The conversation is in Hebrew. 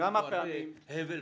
הוא התריע מפני ההיבריס,